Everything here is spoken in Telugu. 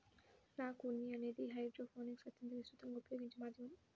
రాక్ ఉన్ని అనేది హైడ్రోపోనిక్స్లో అత్యంత విస్తృతంగా ఉపయోగించే మాధ్యమం